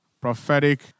prophetic